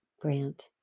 Grant